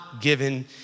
given